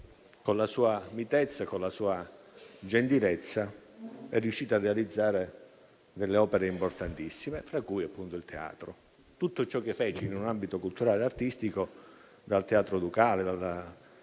con la sua mitezza e la sua gentilezza, è riuscita a realizzare opere importantissime, tra cui appunto il teatro. Tutto ciò che fece in ambito culturale e artistico, da quello che era